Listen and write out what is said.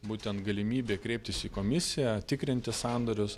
būtent galimybė kreiptis į komisiją tikrinti sandorius